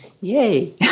Yay